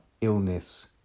illness